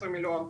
10 מיליון,